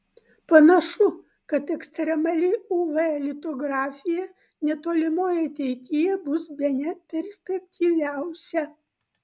panašu kad ekstremali uv litografija netolimoje ateityje bus bene perspektyviausia